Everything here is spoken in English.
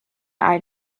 eye